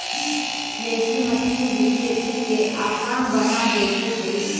threshing machine भी खेती के आसान बना देके हइ